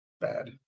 bad